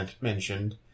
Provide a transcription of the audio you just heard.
mentioned